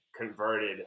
converted